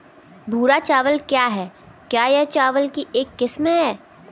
भूरा चावल क्या है? क्या यह चावल की एक किस्म है?